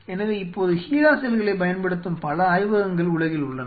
எனவே இப்போது HeLa செல்களைப் பயன்படுத்தும் பல ஆய்வகங்கள் உலகில் உள்ளன